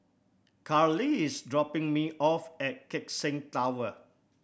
Cali is dropping me off at Keck Seng Tower